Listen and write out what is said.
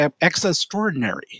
extraordinary